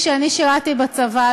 כשאני שירתי בצבא,